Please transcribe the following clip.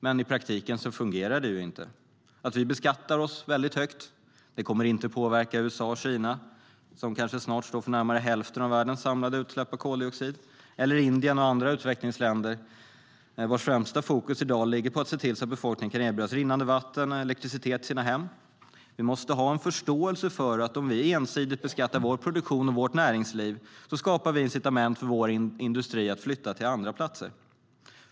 Men i praktiken fungerar det inte. Att vi beskattar oss väldigt högt kommer inte att påverka USA och Kina, som kanske snart står för närmare hälften av världens samlade utsläpp av koldioxid, eller Indien och andra utvecklingsländer vars främsta fokus i dag ligger på att se till att befolkningen kan erbjudas rinnande vatten och elektricitet i sina hem. Vi måste ha en förståelse för att om vi ensidigt beskattar vår produktion och vårt näringsliv skapar vi incitament för vår industri att flytta till andra platser.